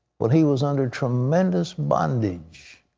when he was under tremendous bondage.